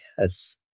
Yes